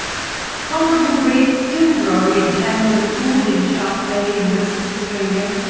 comparable reefs still grow in hamlyn pool in shark bay in western australia.